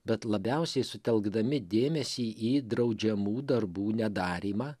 bet labiausiai sutelkdami dėmesį į draudžiamų darbų nedarymą